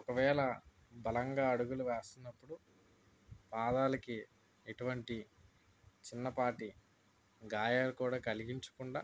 ఒకవేళ బలంగా అడుగులు వేస్తున్నప్పుడు పాదాలకి ఎటువంటి చిన్నపాటి గాయాలు కూడా కలిగించకుండా